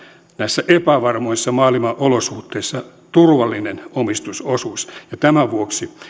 näissä epävarmoissa maailmanolosuhteissa turvallinen omistusosuus ja tämän vuoksi